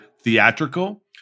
theatrical